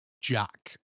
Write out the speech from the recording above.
Jack